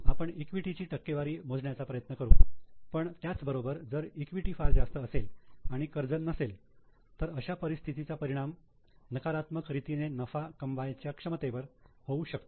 आपण ईक्विटी ची टक्केवारी मोजायचा प्रयत्न करू पण त्याच बरोबर जर इक्वीटी फार जास्त असेल आणि कर्ज नसेल तर अशा परिस्थितीचा परिणाम नकारात्मक रीतीने नफा कमवायच्या क्षमतेवर नफेशीरपणा होऊ शकतो